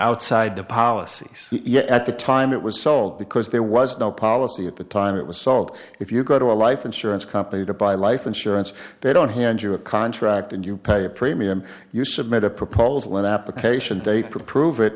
outside the policies yet at the time it was sold because there was no policy at the time it was sold if you go to a life insurance company to buy life insurance they don't hand you a contract and you pay a premium you submit a proposal an application they prove it